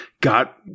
got